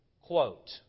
quote